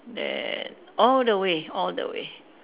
then all the way all the way